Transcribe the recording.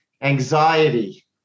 Anxiety